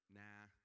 nah